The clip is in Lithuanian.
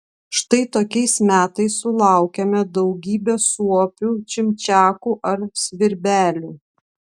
štai tokiais metais sulaukiame daugybės suopių čimčiakų ar svirbelių